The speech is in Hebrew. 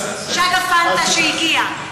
שהגיעה,